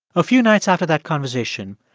a few nights after that conversation,